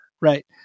Right